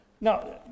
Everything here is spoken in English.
Now